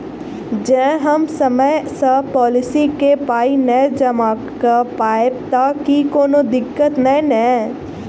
जँ हम समय सअ पोलिसी केँ पाई नै जमा कऽ पायब तऽ की कोनो दिक्कत नै नै?